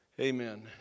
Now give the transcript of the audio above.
Amen